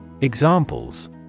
Examples